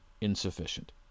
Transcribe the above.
insufficient